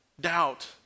doubt